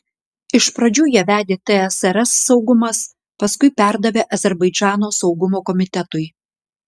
iš pradžių ją vedė tsrs saugumas paskui perdavė azerbaidžano saugumo komitetui